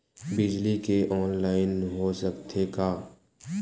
बिजली के ऑनलाइन हो सकथे का?